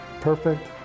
perfect